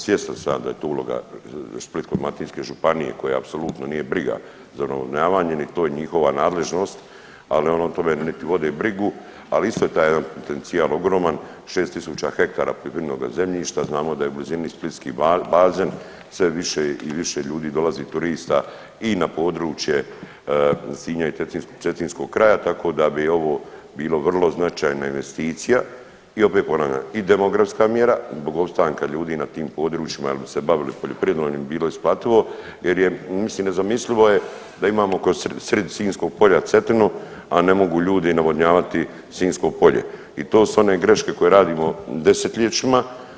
Svjestan sam ja da je tu uloga Splitsko-dalmatinske županije koju apsolutno nije briga za navodnjavanje, niti je to njihova nadležnost, ali oni o tome niti vode brigu, ali isto je taj jedan potencijal ogroman 6 tisuća hektara poljoprivrednoga zemljišta znamo da je u blizini splitski bazen, sve više i više ljudi dolazi turista i na područje Sinja i cetinskog kraja, tako da bi ovo bilo vrlo značajna investicija i opet ponavljam i demografska mjera zbog opstanka ljudi na tim područjima jel bi se bavili poljoprivredom jel bi im bilo isplativo jer je, mislim nezamislivo je da imamo kroz srid Sinjskog polja Cetinu, a ne mogu ljudi navodnjavati Sinjsko polje i to su one greške koje radimo 10-ljećima.